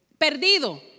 Perdido